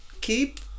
keep